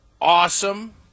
awesome